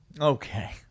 okay